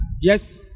Yes